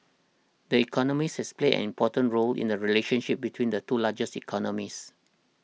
the economist has played an important role in the relationship between the two largest economies